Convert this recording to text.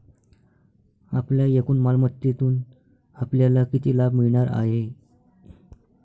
आपल्या एकूण मालमत्तेतून आपल्याला किती लाभ मिळणार आहे?